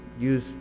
use